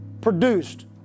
produced